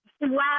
Wow